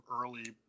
early